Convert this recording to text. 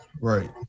right